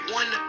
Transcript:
one